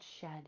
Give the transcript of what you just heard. shed